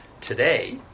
Today